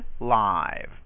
live